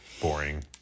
Boring